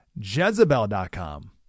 Jezebel.com